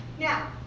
Now